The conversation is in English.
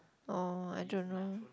oh I don't know